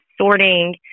sorting